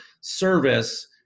service